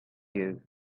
you